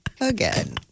again